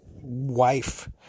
wife